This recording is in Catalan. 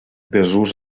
desús